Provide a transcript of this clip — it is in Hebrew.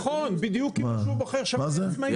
נכון, בדיוק כמו שהוא בוחר שמאי עצמאי.